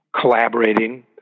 collaborating